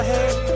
Hey